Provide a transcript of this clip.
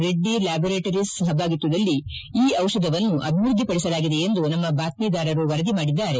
Reddy laboratories ಸಹಭಾಗಿತ್ವದಲ್ಲಿ ಈ ದಿಷಧವನ್ನು ಅಭಿವೃದ್ದಿಪಡಿಸಲಾಗಿದೆ ಎಂದು ನಮ್ನ ಬಾತ್ತೀದಾರರು ವರದಿ ಮಾಡಿದ್ದಾರೆ